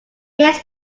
his